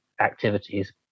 activities